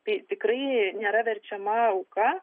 tai tikrai nėra verčiama auka